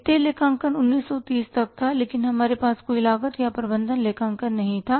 वित्तीय लेखांकन 1930 तक था लेकिन हमारे पास कोई लागत या प्रबंधन लेखांकन नहीं था